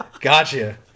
Gotcha